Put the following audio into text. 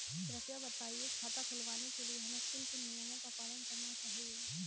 कृपया बताएँ खाता खुलवाने के लिए हमें किन किन नियमों का पालन करना चाहिए?